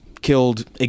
killed